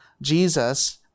Jesus